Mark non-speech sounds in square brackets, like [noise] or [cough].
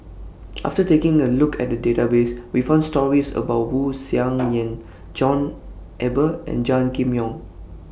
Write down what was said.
after taking A Look At The Database We found stories about Wu Tsai [noise] Yen John Eber and Gan Kim Yong